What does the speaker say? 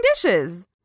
dishes